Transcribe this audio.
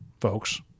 folks